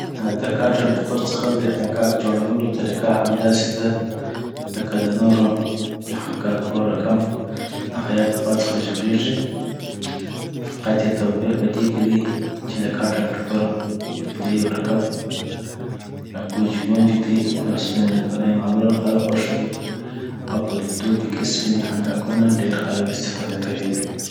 د کاټن ټوکر څخه د یخن قاق جوړولو طریقه هم داسي ده لکه دنورو یخن قاقو رکم د خیاط لخوا څخه جوړیږی فقط یی توپیر یی پدي کي دي چی د کاټن ټوکر پدي یو رکم ګونجی ګونجي دي .او سپین رنګونه یی معمولا خلک خوښوي او په دوبی کی سپین یخن قاقونه ډیر خلک استفاده کوی.